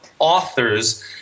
authors